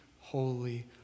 holy